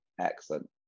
Excellent